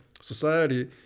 society